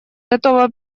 готова